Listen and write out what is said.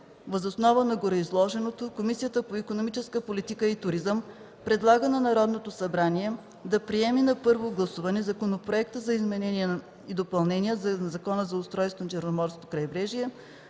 Въз основа на гореизложеното Комисията по икономическата политика и туризъм предлага на Народното събрание да приеме на първо гласуване законопроекта за изменение и допълнение на Закона за устройството на Черноморското крайбрежие,